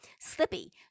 Slippy